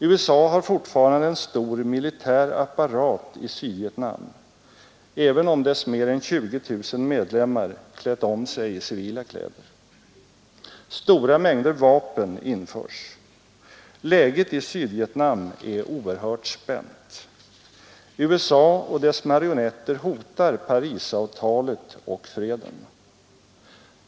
USA har fortfarande en stor militär apparat i Sydvietnam, även om dess 20 000 medlemmar klätt om sig i civila kläder. Stora mängder vapen införs. Läget i Sydvietnam är oerhört spänt. USA och dess marionetter hotar Parisavtalet och freden.